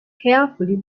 carefully